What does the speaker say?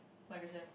my question